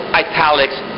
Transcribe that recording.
italics